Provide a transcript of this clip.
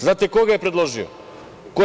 Znate ko je predložio nju?